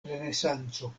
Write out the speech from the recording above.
renesanco